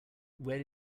where